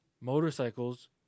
motorcycles